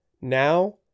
now